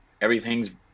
everything's